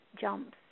jumps